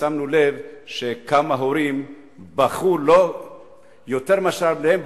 שמנו לב שכמה הורים בכו יותר מאשר על בניהם,